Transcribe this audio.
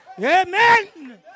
Amen